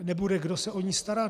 Nebude, kdo se o ni starat?